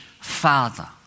father